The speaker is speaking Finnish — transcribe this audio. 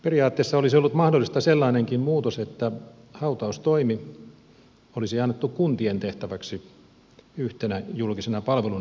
periaatteessa olisi ollut mahdollista sellainenkin muutos että hautaustoimi olisi annettu kuntien tehtäväksi yhtenä julkisena palveluna